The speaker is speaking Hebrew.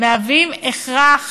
הוא הכרח